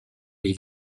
les